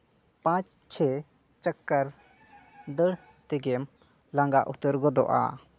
ᱯᱟᱸᱪ ᱪᱷᱮᱭ ᱪᱚᱠᱠᱚᱨ ᱫᱟᱹᱲ ᱛᱮᱜᱮᱢ ᱞᱟᱸᱜᱟ ᱩᱛᱟᱹᱨ ᱜᱚᱫᱚᱜᱼᱟ